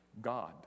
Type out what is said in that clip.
God